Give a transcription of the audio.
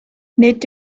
nid